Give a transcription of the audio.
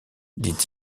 dit